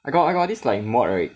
I got I got this like mod right